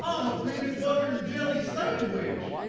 um peanut butter and jelly sandwich.